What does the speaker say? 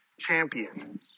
Champion